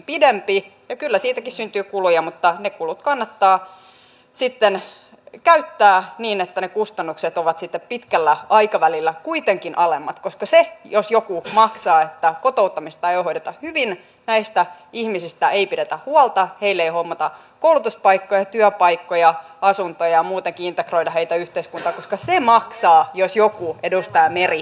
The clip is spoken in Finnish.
ja kyllä siitäkin syntyy kuluja mutta ne kulut kannattaa sitten käyttää niin että ne kustannukset ovat sitten pitkällä aikavälillä kuitenkin alemmat koska se jos jokin maksaa että kotouttamista ei hoideta hyvin näistä ihmisistä ei pidetä huolta heille ei hommata koulutuspaikkoja työpaikkoja asuntoja eikä muutenkaan integroida heitä yhteiskuntaan koska se maksaa jos jokin edustaja meri